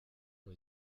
ont